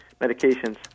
medications